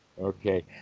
okay